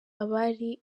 abari